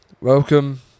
Welcome